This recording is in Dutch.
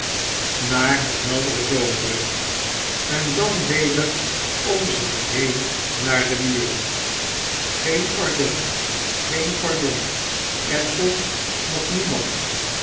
naar de heldere zomerlucht en dan weder om zich heen naar de muren geen pardon geen pardon er komt nog niemand